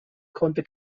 konnte